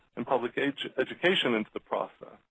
and public education into the process